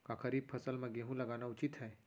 का खरीफ फसल म गेहूँ लगाना उचित है?